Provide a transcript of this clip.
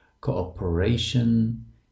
Cooperation